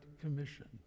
Commission